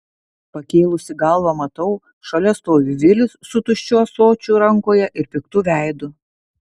pakėlusi galvą matau šalia stovi vilis su tuščiu ąsočiu rankoje ir piktu veidu